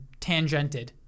tangented